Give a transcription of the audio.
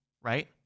right